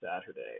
Saturday